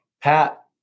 pat